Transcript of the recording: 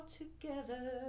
together